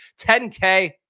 10K